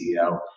CEO